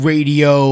Radio